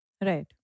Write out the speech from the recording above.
Right